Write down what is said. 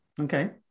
Okay